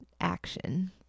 action